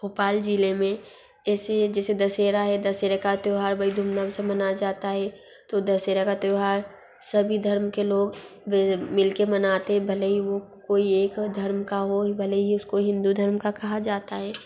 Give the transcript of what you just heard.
भोपाल ज़िले में ऐसे जैसे दशहरा है दशहरे का त्यौहार बड़ी धूमधाम से मना जाता है तो दशहरा का त्यौहार सभी धर्म के लोग वे मिल कर मनाते हें भले ही वो कोई एक धर्म का हो ही भले ही उसको हिन्दू धर्म का कहा जाता है